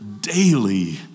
daily